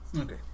okay